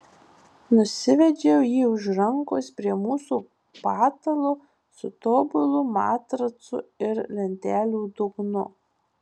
nusivedžiau jį už rankos prie mūsų patalo su tobulu matracu ir lentelių dugnu